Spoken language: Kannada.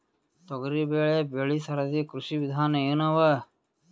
ತೊಗರಿಬೇಳೆ ಬೆಳಿ ಸರದಿ ಕೃಷಿ ವಿಧಾನ ಎನವ?